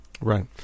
Right